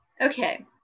Okay